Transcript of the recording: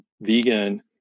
vegan